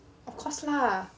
of course lah